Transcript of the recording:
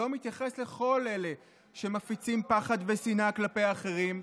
לא מתייחס לכל אלה שמפיצים פחד ושנאה כלפי אחרים.